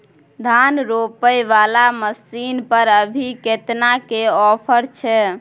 धान रोपय वाला मसीन पर अभी केतना के ऑफर छै?